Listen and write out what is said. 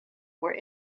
were